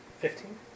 Fifteen